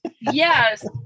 Yes